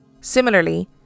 Similarly